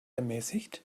ermäßigt